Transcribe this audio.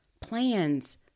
plans